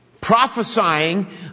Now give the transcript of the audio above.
prophesying